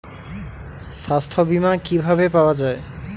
সাস্থ্য বিমা কি ভাবে পাওয়া যায়?